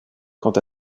quant